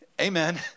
Amen